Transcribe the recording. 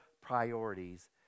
priorities